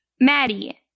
Maddie